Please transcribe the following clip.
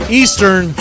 eastern